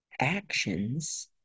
actions